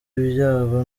ibyago